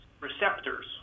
receptors